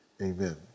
Amen